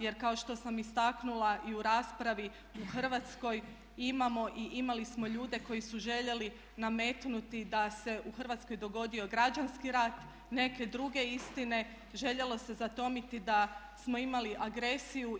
Jer kao što sam istaknula i u raspravi u Hrvatskoj imamo i imali smo ljude koji su željeli nametnuti da se u Hrvatskoj dogodio građanski rat, neke druge istine, željelo se zatomiti da smo imali agresiju.